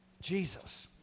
Jesus